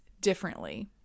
differently